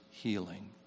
Healing